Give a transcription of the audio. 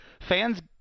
Fans